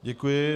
Děkuji.